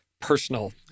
personal